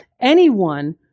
anyone